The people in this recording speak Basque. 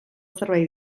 zerbait